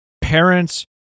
parents